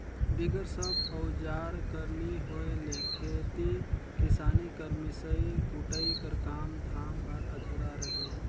बिगर सब अउजार कर नी होए ले खेती किसानी कर मिसई कुटई कर काम धाम हर अधुरा रहें